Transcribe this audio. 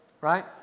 right